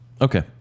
Okay